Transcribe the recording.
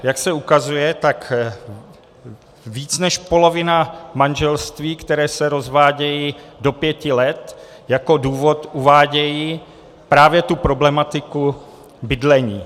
Jak se ukazuje, více než polovina manželství, která se rozvádějí do pěti let, jako důvod uvádí právě tu problematiku bydlení.